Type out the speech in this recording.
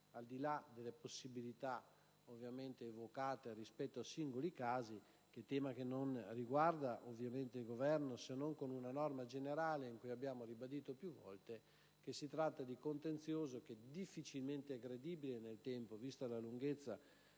al di là delle possibilità evocate rispetto a singoli casi, che è tema che non riguarda il Governo se non con una norma generale in cui abbiamo ribadito più volte che si tratta di un contenzioso che è difficilmente credibile nel tempo. Vista la lunghezza